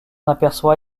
aperçoit